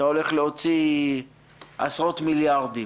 אתה הולך להוציא עשרות מיליארדי שקלים.